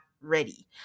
ready